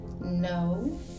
No